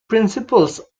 principals